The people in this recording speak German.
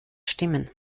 stimmen